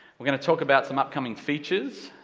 we're gonna talk about some upcoming features,